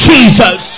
Jesus